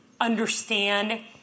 understand